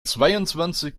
zweiundzwanzig